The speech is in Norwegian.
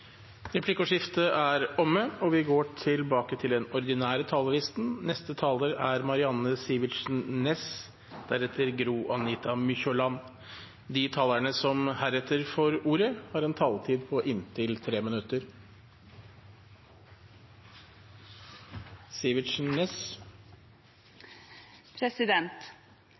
Replikkordskiftet er omme. De talere som heretter får ordet, har en taletid på inntil 3 minutter.